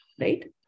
right